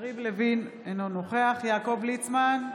יריב לוין, אינו נוכח יעקב ליצמן,